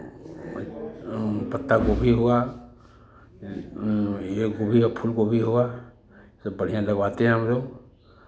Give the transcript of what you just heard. पत्तागोभी हुआ ये गोभी फुलगोभी हुआ सब बढ़ियाँ लगवाते हैं हम लोग